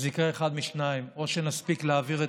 אז יקרה אחד משניים: או שנספיק להעביר את